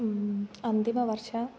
अन्तिमवर्षं